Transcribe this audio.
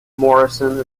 morrison